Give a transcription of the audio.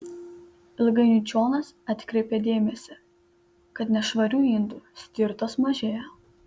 ilgainiui džonas atkreipė dėmesį kad nešvarių indų stirtos mažėja